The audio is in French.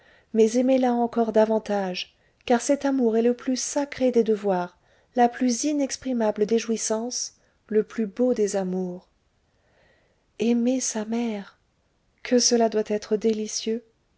mais aimez-la encore davantage car cet amour est le plus sacré des devoirs la plus inexprimable des jouissances le plus beau des amours aimer sa mère que cela doit être délicieux